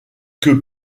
que